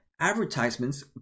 advertisements